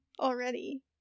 already